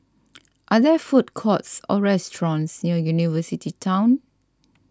are there food courts or restaurants near University Town